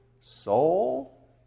Soul